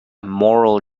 moral